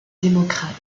démocrates